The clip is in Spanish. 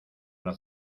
una